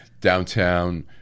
downtown